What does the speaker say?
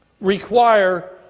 require